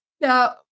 Now